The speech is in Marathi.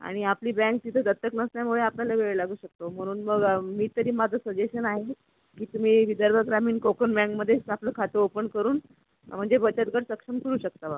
आणि आपली बँक तिथं दत्तक नसल्यामुळे आपल्याला वेळ लागू शकतो म्हणून मग मी तरी माझं सजेशन आहे की तुम्ही विदर्भ ग्रामीण कोकण बँकमध्येच आपलं खातं ओपन करून म्हणजे बचत गट सक्षम करू शकता बा